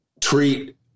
treat